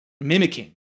mimicking